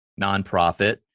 nonprofit